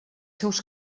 seus